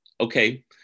Okay